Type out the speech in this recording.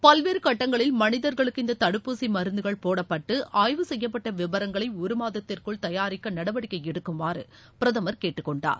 பல்வேறு கட்டங்களில் மனிதர்களுக்கு இந்த தடுப்பூசி மருந்துகள் போடப்பட்டு ஆய்வு செய்யப்பட்ட விவரங்களை ஒரு மாதத்திற்குள் தயாரிக்க நடவடிக்கை எடுக்குமாறு பிரதமர் கேட்டுக் கொண்டார்